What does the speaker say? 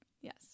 yes